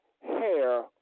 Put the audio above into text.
hair